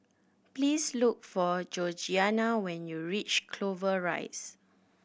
please look for Georgeanna when you reach Clover Rise